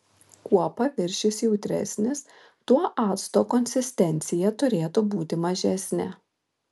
kuo paviršius jautresnis tuo acto konsistencija turėtų būti mažesnė